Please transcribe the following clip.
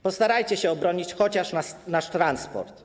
Postarajcie się obronić chociaż nasz transport.